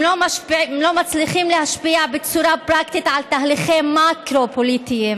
אם לא מצליחים להשפיע בצורה פרקטית על תהליכים מקרו-פוליטיים,